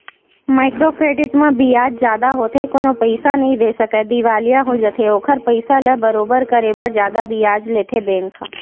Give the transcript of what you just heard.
micro credit म बियाज जादा होथे कोनो पइसा नइ दे सकय दिवालिया हो जाथे ओखर पइसा ल बरोबर करे बर जादा बियाज लेथे बेंक ह